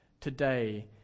today